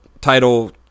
title